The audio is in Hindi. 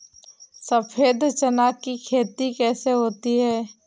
सफेद चना की खेती कैसे होती है?